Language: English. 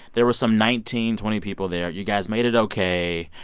there were some nineteen, twenty people there. you guys made it ok,